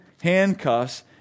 handcuffs